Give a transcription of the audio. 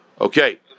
Okay